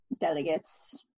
delegates